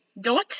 dot